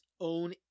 own